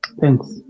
Thanks